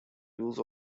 use